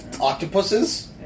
octopuses